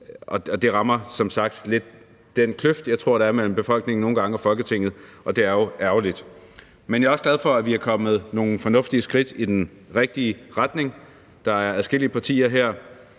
Det rammer som sagt lidt den kløft, jeg tror der nogle gange er mellem befolkningen og Folketinget, og det er jo ærgerligt. Men jeg er også glad for, at vi er kommet nogle fornuftige skridt i den rigtige retning. Der er adskillige partier her,